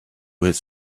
his